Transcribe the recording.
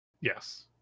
Yes